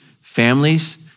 families